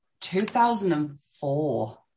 2004